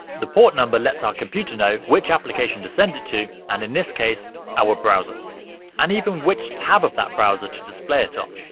the port number let's our computer know which application to send it to and in this case our browser and even which tab of that browser to display it on.